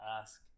ask